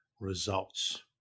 results